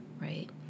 right